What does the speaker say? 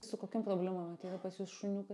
su kokiom problemom ateina pas jus šuniukai